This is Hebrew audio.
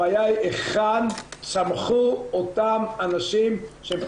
הבעיה היא היכן צמחו אותם אנשים שהם,